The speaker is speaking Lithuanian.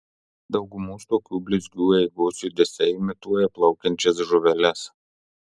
daugumos tokių blizgių eigos judesiai imituoja plaukiančias žuveles